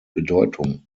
bedeutung